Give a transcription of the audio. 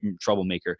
troublemaker